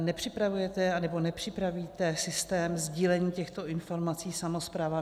Nepřipravujete nebo nepřipravíte systém sdílení těchto informací samosprávám?